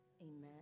amen